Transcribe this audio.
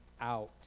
out